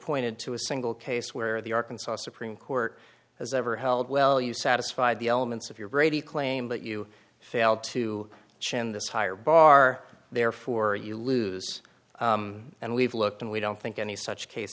pointed to a single case where the arkansas supreme court has ever held well you satisfied the elements of your brady claim but you failed to chin this higher bar therefore you lose and we've looked and we don't think any such case